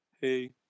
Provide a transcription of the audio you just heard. hey